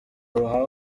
ruhango